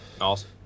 Awesome